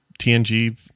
tng